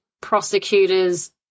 prosecutors